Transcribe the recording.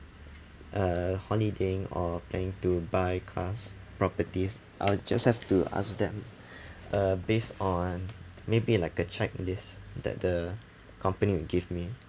uh holidaying or planning to buy cars properties I'll just have to ask them uh based on maybe like a checklist that the company will give me